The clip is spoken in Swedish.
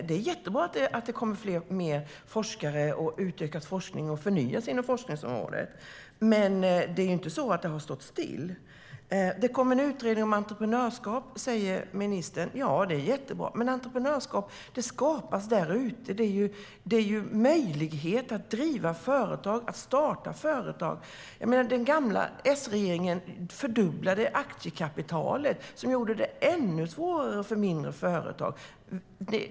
Det är jättebra att det kommer mer forskare, att forskningen utökas och att det sker förnyelse inom forskningsområdet, men det är ju inte så att det har stått still. Ministern säger att det kommer en utredning om entreprenörskap. Det är jättebra, men entreprenörskap skapas ju där ute. Det handlar om möjligheten att starta och driva företag. Den gamla S-regeringen fördubblade aktiekapitalet, vilket gjorde det ännu svårare för mindre företag.